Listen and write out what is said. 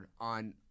on